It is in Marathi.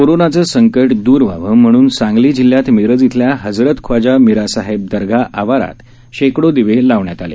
कोरोनाचं संकट द्र व्हावं म्हणून सांगली जिल्ह्यात मिरज इथल्या हजरत खॉजा मिरासाहेब दर्गाह आवारात शेकडो दिवे लावण्यात आले